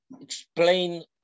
explain